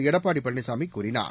எடப்பாடி பழனிசாமி கூறினார்